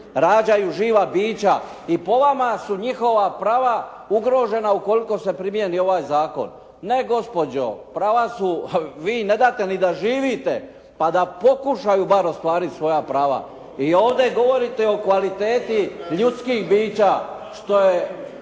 rađaju živa bića. I po vama su njihova prava ugrožena ukoliko se primijeni ovaj zakon. Ne gospođo! Prava su, vi im ne date ni da živite pa da pokušaju bar ostvariti svoja prava. I ovdje govorite o kvaliteti ljudskih bića što je,